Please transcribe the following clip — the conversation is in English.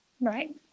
Right